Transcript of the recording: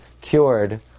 cured